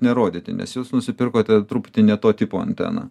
nerodyti nes jūs nusipirkote truputį ne to tipo anteną